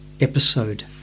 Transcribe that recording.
Episode